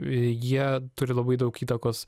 jie turi labai daug įtakos